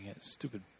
Stupid